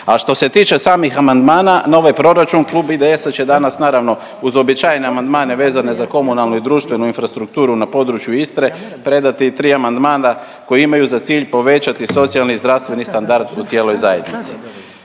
A što se tiče samih amandmana na ovaj proračun, Klub IDS-a će danas, naravno, uz uobičajene amandmane vezane za komunalnu i društvenu infrastrukturu na području Istre, predati i 3 amandmana koji imaju za cilj povećati socijalni i zdravstveni standard u cijeloj zajednici.